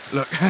Look